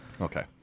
Okay